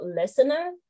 listener